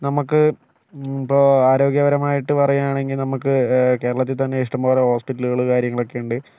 നമുക്ക് ഇപ്പോൾ ആരോഗ്യപരമായിട്ട് പറയുകയാണെങ്കിൽ നമുക്ക് കേരളത്തിൽത്ത ന്നെ ഇഷ്ടംപോലെ ഹോസ്പിറ്റലുകൾ കാര്യങ്ങളൊക്കെയുണ്ട്